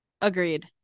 Agreed